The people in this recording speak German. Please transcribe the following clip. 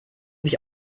mich